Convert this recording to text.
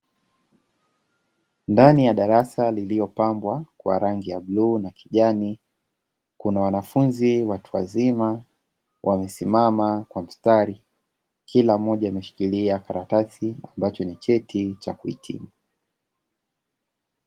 Ndani ya darasa lilio pambwa kwa rangi ya bluu na kijani, kuna wanafunzi watu wazima wamesimama kwa mstari kila mmoja ameshikilia karatasi ambacho ni cheti cha kuhitimu.